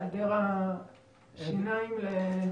בהיעדר השיניים לנשוך.